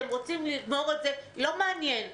אתם רוצים לגמור את זה לא מעניין אותי.